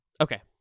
Okay